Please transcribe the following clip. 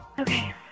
okay